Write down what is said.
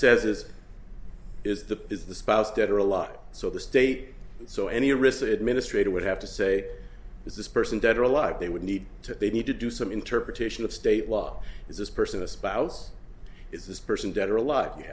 says is is that is the spouse dead or alive so the state so any risk administrator would have to say is this person dead or alive they would need to they need to do some interpretation of state law is this person a spouse is this person dead or alive you